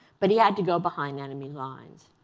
but he had to go behind enemy lines.